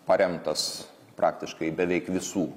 paremtas praktiškai beveik visų